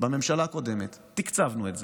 בממשלה הקודמת, תקצבנו את זה.